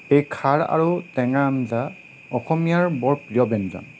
এই খাৰ আৰু টেঙা আঞ্জা অসমীয়াৰ বৰ প্ৰিয় ব্যঞ্জন